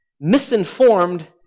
misinformed